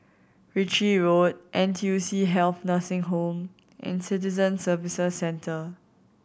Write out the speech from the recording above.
Ritchie Road N T U C Health Nursing Home and Citizen Services Centre